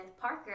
Parker